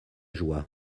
joie